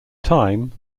time